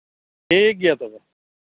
ᱴᱷᱤᱠ ᱜᱮᱭᱟ ᱛᱚᱵᱮ